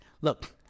Look